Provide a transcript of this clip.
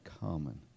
common